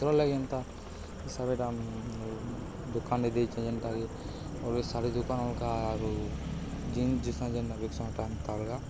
ଭଲ ଲାଗି ଯେନ୍ତା ଶାଢ଼ୀଟା ଦୋକାନରେ ଦେଇଚେ ଯେନ୍ତାକି ଶାଢ଼ୀ ଦୋକାନ ଅଲଗା ଆଉ ଜିନ୍ସ ଜିସ୍ ଯେନ୍ତା ବିକ୍ସନ୍ ଟାନ୍ ଅଲଗା